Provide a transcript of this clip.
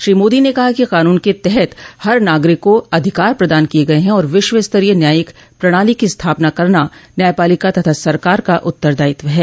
श्रो मोदी ने कहा कि कानून के तहत हर नागरिक को अधिकार प्रदान किए गए हैं और विश्व स्तरीय न्यायिक प्रणाली की स्थापना करना न्यायपालिका तथा सरकार का उत्तरदायित्व है